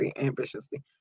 Ambitiously